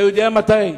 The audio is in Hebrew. אתה יודע מתי?